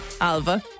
Alva